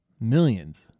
Millions